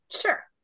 Sure